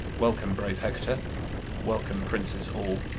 welcome, brave hector welcome, princes all.